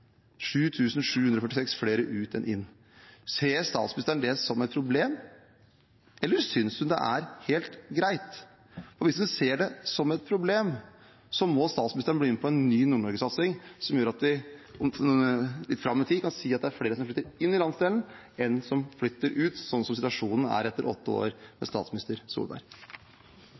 Ser statsministeren det som et problem, eller synes hun det er helt greit? Hvis hun ser det som et problem, må statsministeren bli med på en ny Nord-Norge-satsing som gjør at vi litt fram i tid kan si at det er flere som flytter inn i landsdelen, enn som flytter ut, slik situasjonen er etter åtte år med statsminister Solberg.